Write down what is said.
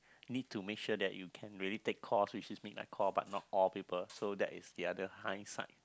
need to make sure that you can really take call so is means like call but not call people so that is the other high side